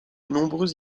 nombreux